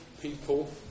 people